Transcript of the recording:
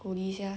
鼓励一下